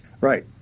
Right